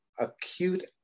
acute